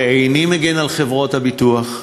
ואיני מגן על חברות הביטוח,